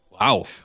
Wow